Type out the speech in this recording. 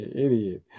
idiot